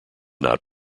not